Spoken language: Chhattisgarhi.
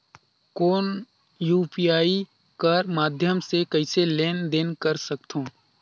कौन यू.पी.आई कर माध्यम से कइसे लेन देन कर सकथव?